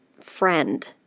friend